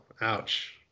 Ouch